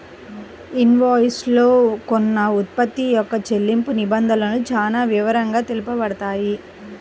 invoice లో కొన్న ఉత్పత్తి యొక్క చెల్లింపు నిబంధనలు చానా వివరంగా తెలుపబడతాయి